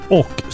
och